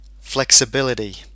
flexibility